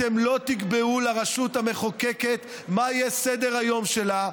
אתם לא תקבעו לרשות המחוקקת מה יהיה סדר-היום שלה,